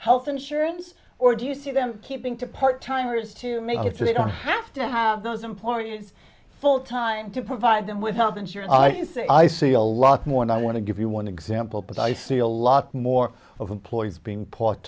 health insurance or do you see them keeping to part timers to make if they don't have to have those employees full time to provide them with health insurance i can say i see a lot more and i want to give you one example because i see a lot more of employees being pa